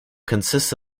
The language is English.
consists